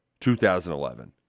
2011